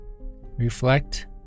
Reflect